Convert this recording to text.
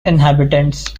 inhabitants